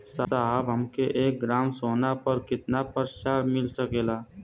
साहब हमके एक ग्रामसोना पर कितना पइसा मिल सकेला?